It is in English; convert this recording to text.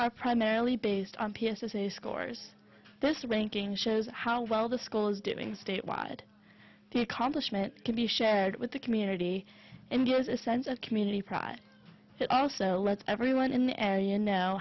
are primarily based on this new scores this ranking shows how well the school is doing statewide the accomplishment can be shared with the community and gives a sense of community pride it also lets everyone in the area know